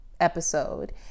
episode